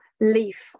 leaf